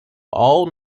all